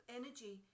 energy